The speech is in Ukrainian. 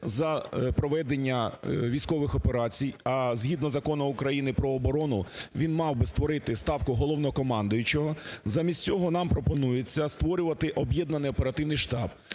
за проведення військових операцій, а згідно Закону України про оборону від мав би створити ставку Головнокомандуючого. Замість цього нам пропонується створювати об'єднаний оперативний штаб